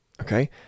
Okay